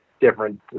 different